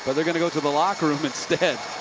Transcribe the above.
but they're going to go to the locker room instead.